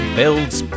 Builds